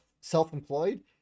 self-employed